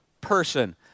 person